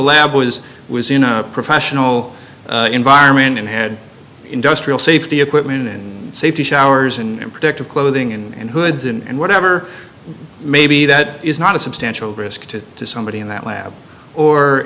lab was was in a professional environment and had industrial safety equipment and safety showers and protective clothing and hoods and whatever maybe that is not a substantial risk to to somebody in that lab or